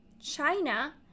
China